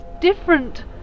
different